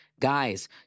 Guys